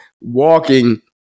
walking